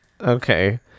Okay